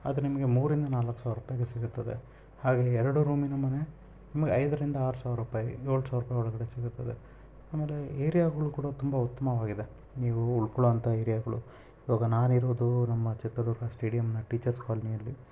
ಅದು ನಿಮಗೆ ಮೂರರಿಂದ ನಾಲ್ಕು ಸಾವಿರ ರೂಪಾಯಿಗೆ ಸಿಗುತ್ತದೆ ಹಾಗೇ ಎರಡು ರೂಮಿನ ಮನೆ ನಿಮಗೆ ಐದರಿಂದ ಆರು ಸಾವಿರ ರೂಪಾಯಿ ಏಳು ಸಾವಿರ ರೂಪಾಯೊಳಗಡೆ ಸಿಗುತ್ತದೆ ಆಮೇಲೆ ಏರಿಯಾಗಳು ಕೂಡ ತುಂಬ ಉತ್ತಮವಾಗಿದೆ ನೀವು ಉಳ್ಕೊಳ್ಳೋವಂಥ ಏರಿಯಾಗಳು ಇವಾಗ ನಾನಿರುವುದು ನಮ್ಮ ಚಿತ್ರದುರ್ಗ ಸ್ಟೇಡಿಯಂನ ಟೀಚರ್ಸ್ ಕಾಲೊನಿಯಲ್ಲಿ